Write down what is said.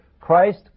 Christ